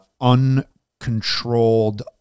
uncontrolled